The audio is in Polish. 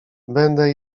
będę